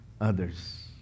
others